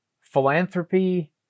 philanthropy